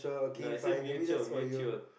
no I say mutual mutual